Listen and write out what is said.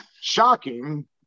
shocking